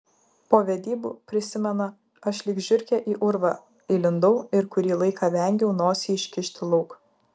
po vedybų prisimena aš lyg žiurkė į urvą įlindau ir kurį laiką vengiau nosį iškišti lauk